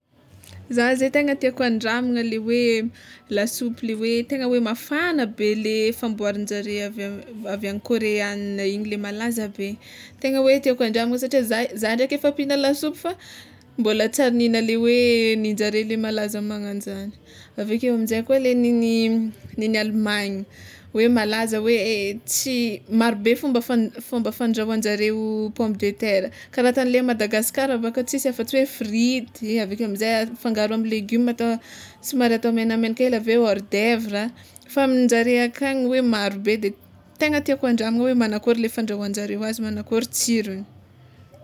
Zah ze tegna tiàko handramagna le hoe lasopy le hoe tegna hoe mafagna be le famboarinjare avy am- avy any kôreana igny le malaza be igny tegna hoe tiàko handramagna satria zah zah ndraiky efa mpihigna lasopy fa mbola tsy ary nihigna le hoe nenjare le malaza magnanjany; aveke amizay koa le negn'ny negn'ny Allemagne hoe malaza hoe tsy marobe fomba fa- fomba fandrahoandreo pomme de terre ka raha ataonle a Madagasikara baka tsisy afatsy hoe frity, avake amizay afangaro amy legioma, atao somary atao megnamegna kely aveo hors d'oeuvre fa aminjare akagny hoe marobe de tegna tiako handramagna hoe manakôry le fandrahoanjareo azy manakôry tsirony.